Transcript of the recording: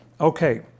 Okay